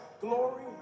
glory